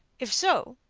if so,